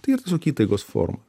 tai yra tiesiog įtaigos forma